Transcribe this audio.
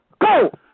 Go